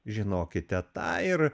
žinokite tą ir